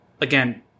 again